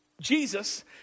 Jesus